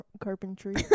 carpentry